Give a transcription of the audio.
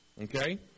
Okay